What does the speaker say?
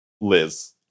Liz